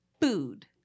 food